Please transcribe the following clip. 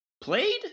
played